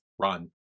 run